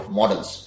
models